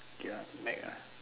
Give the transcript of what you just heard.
okay lah Mac ah